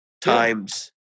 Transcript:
times